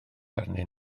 arnyn